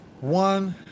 one